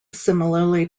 similarly